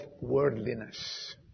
worldliness